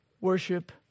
worship